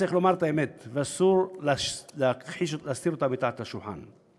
צריך לומר את האמת ואסור להסתיר אותה מתחת לשולחן: